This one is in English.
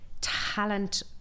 talent